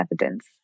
evidence